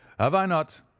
have i not?